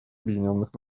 объединенных